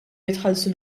jitħallsu